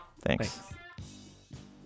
Thanks